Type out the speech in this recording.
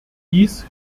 dies